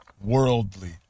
worldly